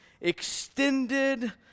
extended